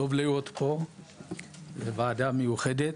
טוב להיות פה בוועדה המיוחדת,